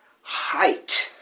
height